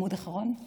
אני